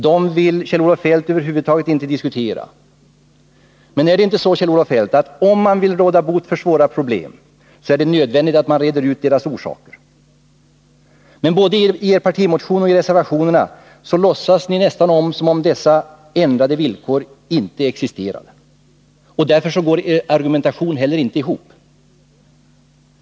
Dem vill Kjell-Olof Feldt över huvud taget inte diskutera. Men är det inte så, Kjell-Olof Feldt, att om man vill råda bot på svåra problem, är det nödvändigt att reda ut deras orsaker? Men både i er partimotion och i reservationerna låtsas ni nästan som om dessa ändrade villkor inte existerar, och därför går inte heller argumentationen ihop.